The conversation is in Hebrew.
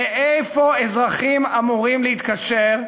לאיפה אזרחים אמורים להתקשר,